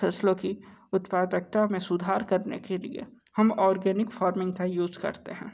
फसलों की उत्पादकता में सुधार करने के लिए हम ऑर्गेनिक फार्मिंग का यूज करते हैं